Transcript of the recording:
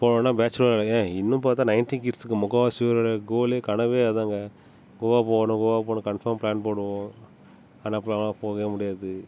போனோம்ன்னா பேச்சுலர் ஏன் இன்னும் பார்த்தா நையன்ட்டி கிட்ஸுக்கு முக்கால்வாசியோட கோலே கனவே அதுதாங்க கோவா போகணும் கோவா போகணும் கன்ஃபார்ம் பிளான் போடுவோம் ஆனால் அப்புறம் அவங்களால போகவே முடியாது